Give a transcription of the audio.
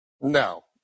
No